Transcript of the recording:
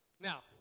Now